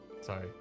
Sorry